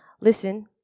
listen